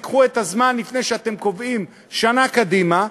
תיקחו את הזמן לפני שאתם קובעים שנה קדימה,